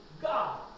God